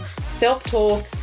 Self-talk